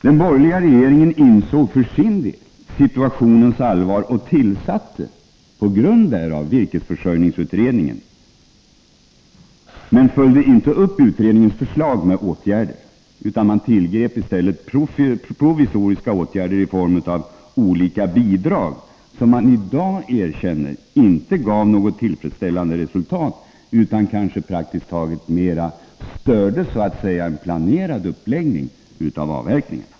Den borgerliga regeringen insåg för sin del situationens allvar och tillsatte, på grund därav, virkesförsörjningsutredningen men följde inte upp utredningens förslag med åtgärder. Man tillgrep i stället provisoriska åtgärder i form av olika bidrag, som man i dag erkänner inte gav något tillfredsställande resultat utan kanske mera så att säga störde en planerad uppläggning av avverkningen.